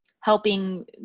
helping